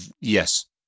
yes